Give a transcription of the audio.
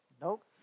Nope